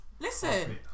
Listen